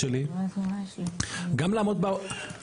גם לעמוד בהתחייבויות שלי,